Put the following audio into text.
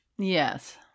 Yes